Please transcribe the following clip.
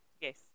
Yes